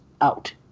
out